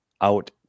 out